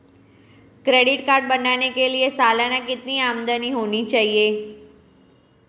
Credit card बनाने के लिए सालाना कितनी आमदनी होनी चाहिए?